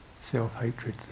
self-hatred